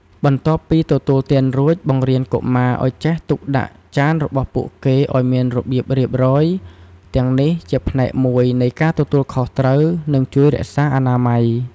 បន្ទាប់ពីទទួលទានរួច បង្រៀនកុមារឲ្យចេះទុកដាក់ចានរបស់ពួកគេឲ្យមានរបៀបរៀបរយ ទាំងនេះជាផ្នែកមួយនៃការទទួលខុសត្រូវ និងជួយរក្សាអនាម័យ។